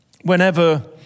whenever